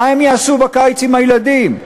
מה הם יעשו בקיץ עם הילדים?